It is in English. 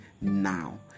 now